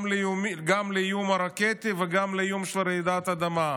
גם לאיום הרקטי וגם לאיום של רעידת אדמה.